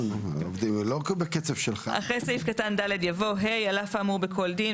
(ד) יבוא: "(ה) על אף האמור בכל דין,